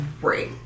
great